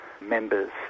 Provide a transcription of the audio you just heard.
members